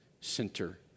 center